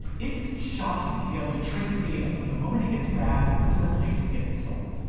it's shocking to able to trace data from the moment it gets grabbed to the place it gets sold.